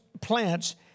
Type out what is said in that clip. plants